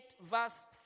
verse